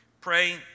Pray